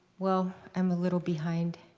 well, i'm a little behind.